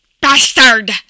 Bastard